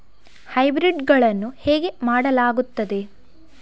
Hybrid ಗಳನ್ನು ಹೇಗೆ ಮಾಡಲಾಗುತ್ತದೆ?